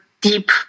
deep